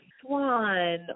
swan